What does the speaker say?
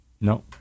No